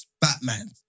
Batman